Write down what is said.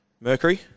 Mercury